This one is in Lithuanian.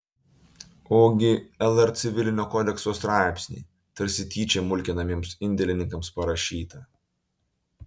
ogi lr civilinio kodekso straipsnį tarsi tyčia mulkinamiems indėlininkams parašytą